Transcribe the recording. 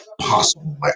possible